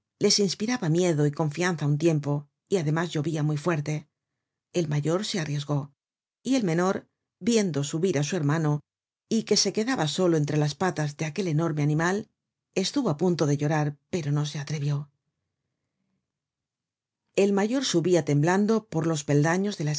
les inspiraba miedo y confianza á un tiempo y además llovia muy fuerte el mayor se arriesgó y el menor viendo subir á su hermano y que se quedaba tomo iv content from google book search generated at solo entre las patas de aquel enorme animal estuvo á punto de llorar pero no se atrevió el mayor subia temblando por los peldaños de la